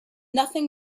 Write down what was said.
nothing